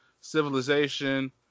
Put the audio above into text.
civilization